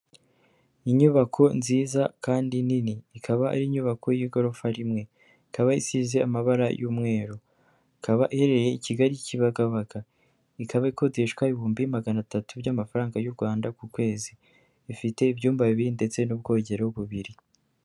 Inyubako nziza kandi nini ikaba ari inyubako y'igorofa rimwe, ikaba isize amabara y'umweru, ikaba iherereye i Kigali Kibabaga ikaba ikodeshwa ibihumbi magana atatu by'amafaranga y'u Rwanda ku kwezi, ifite ibyumba bibiri ndetse n'ubwogero bubiri.